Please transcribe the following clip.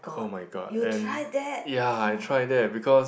oh-my-god and ya I tried that because